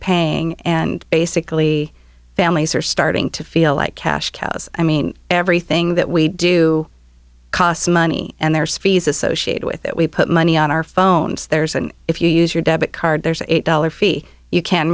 paying and basically families are starting to feel like cash cows i mean everything that we do costs money and there are species associated with it we put money on our phones there's an if you use your debit card there's eight dollars fee you can